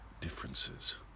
differences